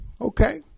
Okay